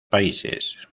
países